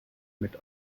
mit